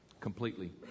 completely